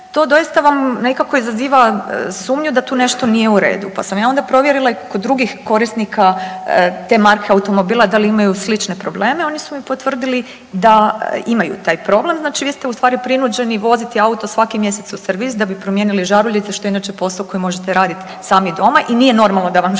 to doista vam nekako izaziva sumnju da tu nešto nije u redu, pa sam ja onda provjerila i kod drugih korisnika te marke automobila dali imaju slične probleme, oni su mi potvrdili da imaju taj problem, znači vi ste ustvari prinuđeni voziti auto svaki mjesec u servis da bi promijenili žaruljice što je inače posao koji možete radit sami doma, i nije normalno da vam žaruljice